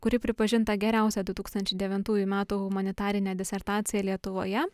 kuri pripažinta geriausia du tūkstančiai devintųjų metų humanitarine disertacija lietuvoje